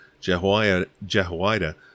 Jehoiada